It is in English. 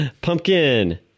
Pumpkin